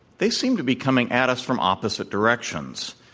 they seem to be coming at us from opposite directions.